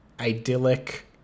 idyllic